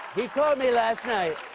he called me last night.